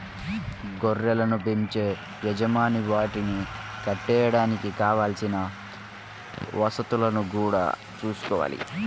గొర్రెలను బెంచే యజమాని వాటిని కట్టేయడానికి కావలసిన వసతులను గూడా చూసుకోవాలి